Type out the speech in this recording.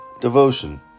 devotion